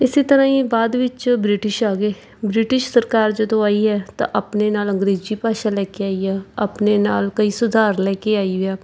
ਇਸੇ ਤਰ੍ਹਾਂ ਹੀ ਬਾਅਦ ਵਿੱਚ ਬ੍ਰਿਟਿਸ਼ ਆ ਗਏ ਬ੍ਰਿਟਿਸ਼ ਸਰਕਾਰ ਜਦੋਂ ਆਈ ਹੈ ਤਾਂ ਆਪਣੇ ਨਾਲ ਅੰਗਰੇਜ਼ੀ ਭਾਸ਼ਾ ਲੈ ਕੇ ਆਈ ਆ ਆਪਣੇ ਨਾਲ ਕਈ ਸੁਧਾਰ ਲੈ ਕੇ ਆਈ ਆ